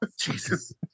Jesus